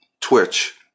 Twitch